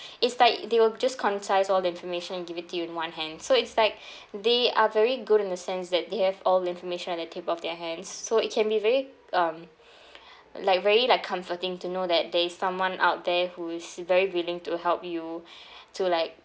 it's like they will just concise all the information and give it to you in one hand so it's like they are very good in the sense that they have all the information at the tip of their hands so it can be very um like very like comforting to know that there is someone out there who is very willing to help you to like